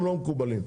הם לא מקובלים עלינו.